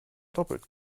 doppelt